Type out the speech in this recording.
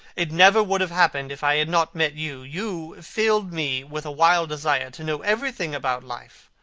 it never would have happened if i had not met you. you filled me with a wild desire to know everything about life.